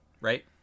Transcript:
right